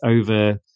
over